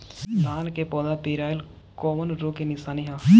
धान के पौधा पियराईल कौन रोग के निशानि ह?